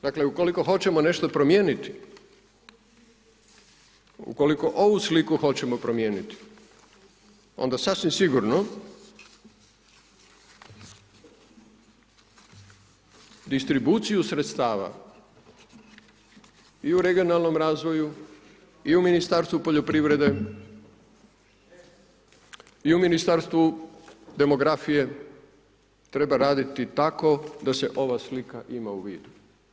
Dakle, ukoliko hoćemo nešto promijeniti, ukoliko ovu sliku hoćemo promijeniti onda sasvim sigurno distribuciju sredstava i u regionalnom razvoju, i u Ministarstvu poljoprivrede, i u Ministarstvu demografije treba raditi tako da se ova slika ima u vidu.